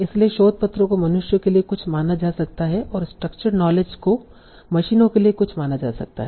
इसलिए शोध पत्र को मनुष्यों के लिए कुछ माना जा सकता है और स्ट्रक्चर्ड नॉलेज को मशीनों के लिए कुछ माना जा सकता है